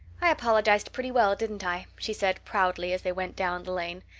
i apologized pretty well, didn't i? she said proudly as they went down the lane.